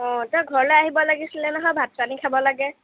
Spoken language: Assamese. অঁ তই ঘৰলে আহিব লাগিছিলে নহয় ভাত পানী খাব লাগে